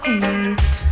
eat